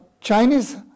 Chinese